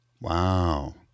Wow